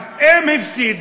אז אם הפסידו,